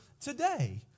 today